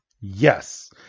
Yes